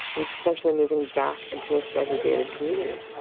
was essentially moving back into a segregated community.